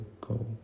go